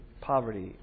poverty